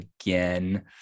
again